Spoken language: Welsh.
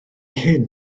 hyn